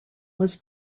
was